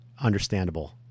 understandable